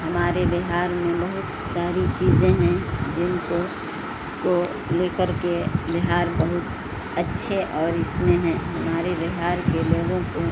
ہمارے بہار میں بہت ساری چیزیں ہیں جن کو کو لے کر کے بہار بہت اچھے اور اس میں ہیں ہمارے بہار کے لوگوں کو